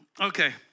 Okay